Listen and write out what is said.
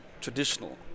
traditional